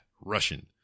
Russian